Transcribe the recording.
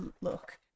look